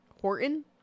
Horton